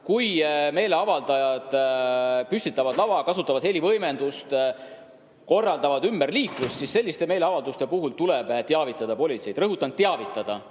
aga meeleavaldajad püstitavad lava, kasutavad helivõimendust ja korraldavad liikluse ümber, siis sellise meeleavalduse puhul tuleb teavitada politseid. Rõhutan: teavitada,